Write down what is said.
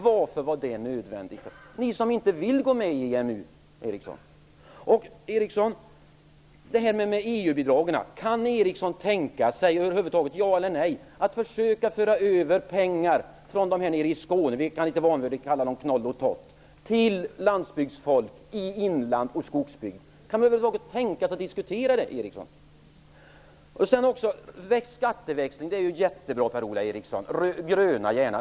Varför var det nödvändigt av er som inte vill gå med i EMU, Per-Ola Eriksson? När det gäller detta med EU-bidragen undrar jag om Eriksson över huvud taget kan tänka sig - ja eller nej - att försöka föra över pengar från dem nere i Skåne - vi kan kalla dem Knoll och Tott - till landsbygdsfolk i inland och skogsbygd. Kan Eriksson över huvud taget tänka sig att diskutera det? Skatteväxlingar är ju jättebra, gärna gröna.